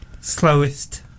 slowest